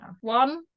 one